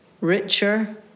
richer